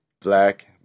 Black